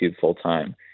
full-time